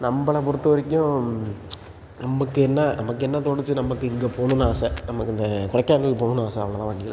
நம்பளை பொறுத்தவரைக்கும் நமக்கு என்ன நமக்கு என்ன தோணுச்சு நமக்கு இங்கே போகணுன்னு ஆசை நமக்கு இந்த கொடைக்கானல் போகணும்னு ஆசை அவ்ளோ தான் வண்டியில்